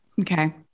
Okay